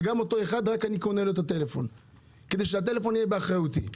ורק אני קונה לו את הטלפון כדי שהטלפון יהיה באחריותי.